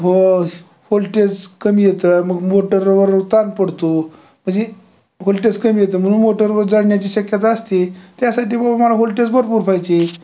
hole voltage कमी येतं मग मोटरवर ताण पडतो म्हणजे व्होल्टेज कमी येतं म्हणून मोटरवर जाळण्याची शक्यता असते त्यासाठी बुवा मला व्होल्टेज भरपूर पाहिजे